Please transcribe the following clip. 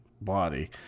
body